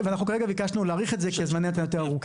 ביקשנו כרגע ממשרד הבריאות להאריך את זה כי זמני ההמתנה יותר ארוכים.